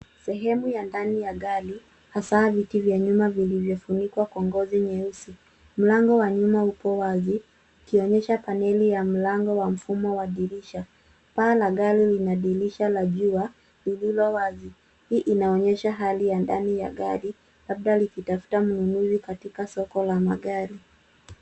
Sehemu ya ndani ya gari, hasa viti vya nyuma vilivyofunikwa kwa ngozi nyeusi. Mlango wa nyuma upo wazi, ikionyesha paneli ya mlango wa mfumo wa dirisha. Paa la gari lina dirisha la jua lililo wazi. Hii inaonyesha hali ya ndani ya gari, labda likitafuta mnunuzi katika soko la magari.